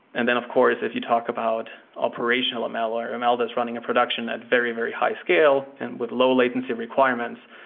and then, of course, if you talk about operational ml or ml that's running a production at very, very high scale and with low latency requirements,